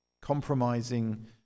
compromising